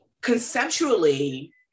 conceptually